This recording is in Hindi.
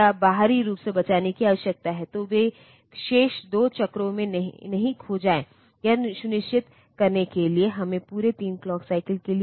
एड्रेस बस यूनिडायरेक्शनल है और यह पेरीफेरल और मेमोरी स्थानों की पहचान करता है अगर हम इस एड्रेस बस को देखते हैं